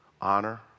honor